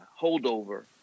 holdover